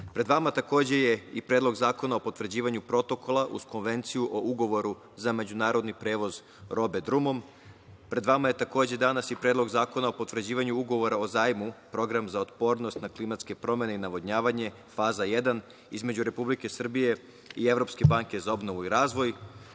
vama takođe je i Predlog zakona o potvrđivanju Protokola uz Konvenciju o ugovoru za međunarodni prevoz robe drumom, pred vama je takođe danas i Predlog zakona o potvrđivanju Ugovora o zajmu (Program za otpornost na klimatske promene i navodnjavanje u Srbiji - faza I), između Republike Srbije i Evropske banke za obnovu i razvoj.